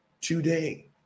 today